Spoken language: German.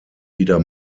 wieder